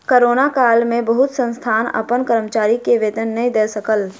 corona काल में बहुत संस्थान अपन कर्मचारी के वेतन नै दय सकल